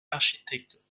architecte